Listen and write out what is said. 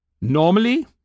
Normally